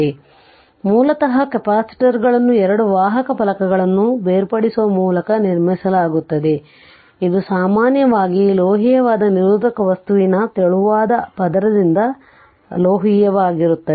ಆದ್ದರಿಂದ ಮೂಲತಃ ಕೆಪಾಸಿಟರ್ಗಳನ್ನು ಎರಡು ವಾಹಕ ಫಲಕಗಳನ್ನು ಬೇರ್ಪಡಿಸುವ ಮೂಲಕ ನಿರ್ಮಿಸಲಾಗುತ್ತದೆ ಇದು ಸಾಮಾನ್ಯವಾಗಿ ಲೋಹೀಯವಾದ ನಿರೋಧಕ ವಸ್ತುವಿನ ತೆಳುವಾದ ಪದರದಿಂದ ಲೋಹೀಯವಾಗಿರುತ್ತದೆ